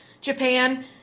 Japan